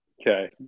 Okay